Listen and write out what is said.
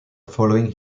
following